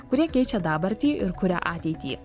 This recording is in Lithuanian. kurie keičia dabartį ir kuria ateitį